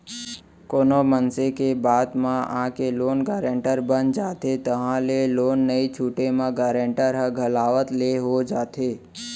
कोनो मनसे के बात म आके लोन गारेंटर बन जाथे ताहले लोन नइ छूटे म गारेंटर ह घलावत ले हो जाथे